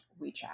WeChat